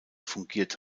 fungiert